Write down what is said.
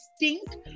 distinct